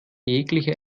jeglicher